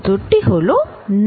উত্তরটি হলো না